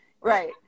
Right